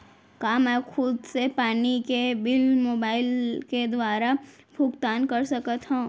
का मैं खुद से पानी के बिल मोबाईल के दुवारा भुगतान कर सकथव?